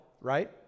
right